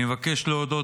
אני מבקש להודות,